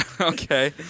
Okay